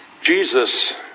Jesus